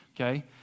Okay